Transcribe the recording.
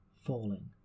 Falling